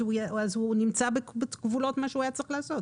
הוא נמצא בגבולות מה שהוא היה צריך לעשות.